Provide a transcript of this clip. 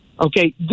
okay